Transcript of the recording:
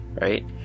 right